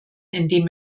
indem